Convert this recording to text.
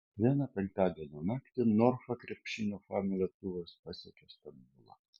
vėlią penktadienio naktį norfa krepšinio fanų lėktuvas pasiekė stambulą